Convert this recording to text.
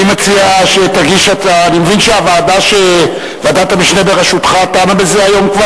אני מבין שוועדת המשנה בראשותך כבר דנה בזה היום?